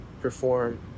perform